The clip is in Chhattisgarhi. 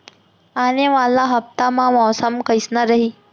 आने वाला हफ्ता मा मौसम कइसना रही?